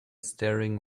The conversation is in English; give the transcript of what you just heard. staring